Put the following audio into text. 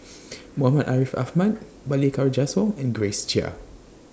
Muhammad Ariff Ahmad Balli Kaur Jaswal and Grace Chia